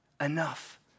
enough